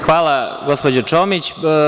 Hvala gospođo Čomić.